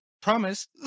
promise